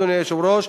אדוני היושב-ראש,